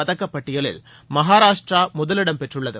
பதக்கப்பட்டியலில் மகாராஷ்ட்ரா முதலிடம் பெற்றுள்ளது